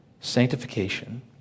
Sanctification